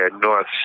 North